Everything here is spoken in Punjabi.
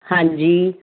ਹਾਂਜੀ